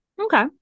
Okay